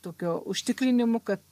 tokio užtikrinimu kad